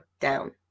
down